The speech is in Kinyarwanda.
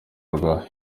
rwa